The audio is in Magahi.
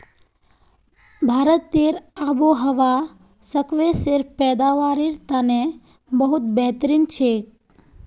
भारतेर आबोहवा स्क्वैशेर पैदावारेर तने बहुत बेहतरीन छेक